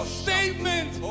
statement